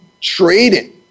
trading